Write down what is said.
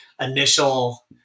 initial